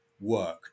work